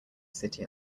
city